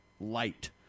light